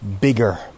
bigger